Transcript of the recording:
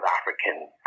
African